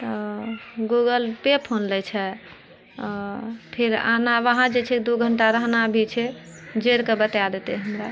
तऽ Google pay phone लै आओर छै आओर फिर आना उहाँ जे छै दू घण्टा रहना भी छै जोड़िके बतै दतै हमरा